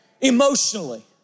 emotionally